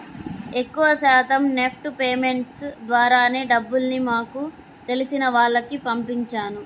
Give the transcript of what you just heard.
ఎక్కువ శాతం NEFT payments ద్వారానే డబ్బుల్ని మాకు తెలిసిన వాళ్లకి పంపించాను